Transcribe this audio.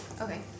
Okay